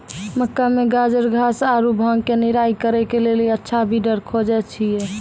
मक्का मे गाजरघास आरु भांग के निराई करे के लेली अच्छा वीडर खोजे छैय?